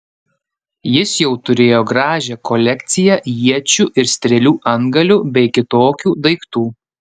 jis jau turėjo gražią kolekciją iečių ir strėlių antgalių bei kitokių daiktų